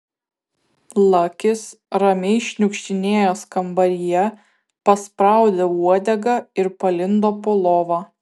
lakis ramiai šniukštinėjęs kambaryje paspraudė uodegą ir palindo po lova